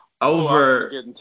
over